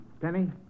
Penny